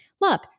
Look